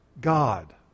God